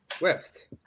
West